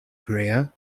career